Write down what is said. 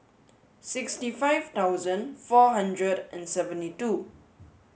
sixty five dozen four hundred and seventy two